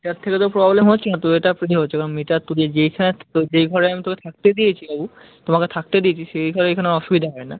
তার থেকে তো প্রব্লেম হচ্ছে না তোদেরটা এমনি হচ্ছে কারণ মিটার তোকে যেইখানে যেই ঘরে আমি তোকে থাকতে দিয়েছি বাবু তোমাকে থাকতে দিয়েছি সেই ঘরে এখানে অসুবিধে হয় না